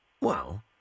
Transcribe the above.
Wow